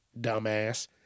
dumbass